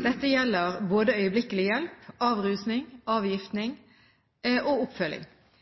Dette gjelder både øyeblikkelig hjelp, avrusning/avgiftning og oppfølging.